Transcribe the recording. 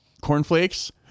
cornflakes